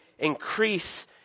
increase